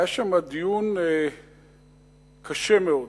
היה שם דיון קשה מאוד.